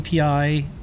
api